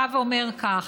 ממש.